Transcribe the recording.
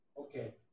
Okay